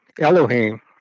Elohim